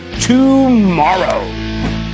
tomorrow